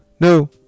no